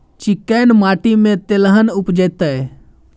चिक्कैन माटी में तेलहन उपजतै?